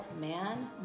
man